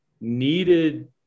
needed